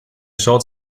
short